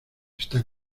está